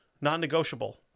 non-negotiable